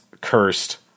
cursed